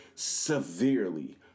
severely